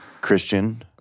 Christian